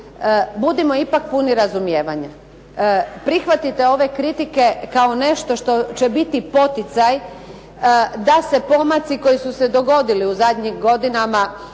budimo ipak puni razumijevanja. Prihvatite ove kritike kao nešto što će biti poticaj da se pomaci koji su se dogodili u zadnjim godinama